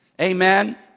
Amen